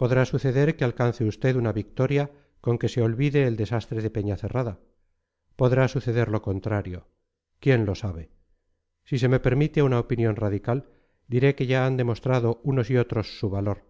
podrá suceder que alcance usted una victoria con que se olvide el desastre de peñacerrada podrá suceder lo contrario quién lo sabe si se me permite una opinión radical diré que ya han demostrado unos y otros su valor